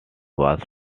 was